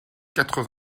quatre